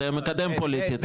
זה מקדם פוליטית,